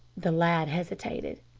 the lad hesitated.